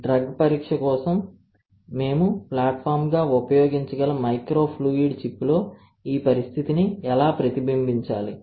Drug పరీక్ష కోసం మేము ప్లాట్ఫామ్గా ఉపయోగించగల మైక్రోఫ్లూయిడ్ చిప్లో ఈ పరిస్థితిని ఎలా ప్రతిబింబించాలి